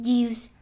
use